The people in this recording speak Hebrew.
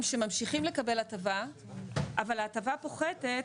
שממשיכים לקבל הטבה אבל ההטבה פוחתת,